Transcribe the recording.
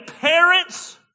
parents